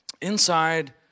inside